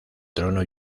trono